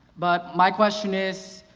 but my question is,